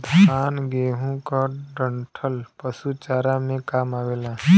धान, गेंहू क डंठल पशु चारा में काम आवेला